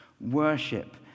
worship